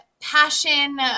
passion